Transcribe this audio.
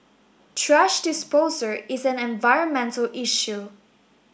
thrash disposal is an environmental issue